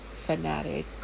fanatic